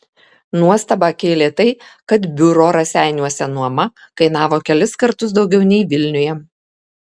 nuostabą kėlė tai kad biuro raseiniuose nuoma kainavo kelis kartus daugiau nei vilniuje